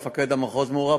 מפקד המחוז מעורב,